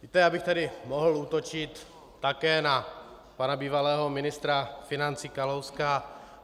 Víte, já bych tady mohl útočit také na pana bývalého ministra financí Kalouska.